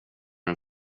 den